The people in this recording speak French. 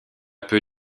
peu